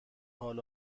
حال